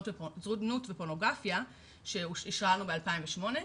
זנות ופורנוגרפיה שאישררנו ב-2008.